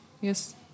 Yes